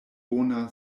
bona